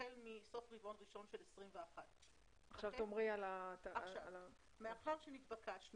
החל מסוף רבעון ראשון של 2021. מאחר שהתבקשנו,